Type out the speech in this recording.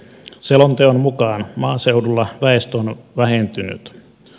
selonteon mukaan maaseudulla väestö on vähentynyt